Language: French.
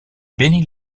benny